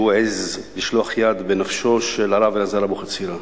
העז לשלוח יד בנפשו של הרב אלעזר אבוחצירא.